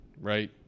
right